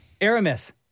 Aramis